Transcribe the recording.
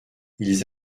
ils